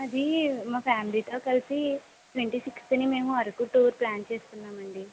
అదీ మా ఫ్యామిలీతో కలిసి ట్వంటీ సిక్స్త్న అరకు టూర్ ప్లాన్ చేస్తున్నాం అండి